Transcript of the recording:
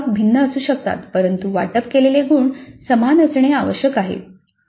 उपविभाग भिन्न असू शकतात परंतु वाटप केलेले एकूण गुण समान असणे आवश्यक आहे